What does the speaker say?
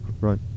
Right